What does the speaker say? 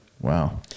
Wow